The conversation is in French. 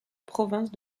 province